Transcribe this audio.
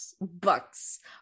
bucks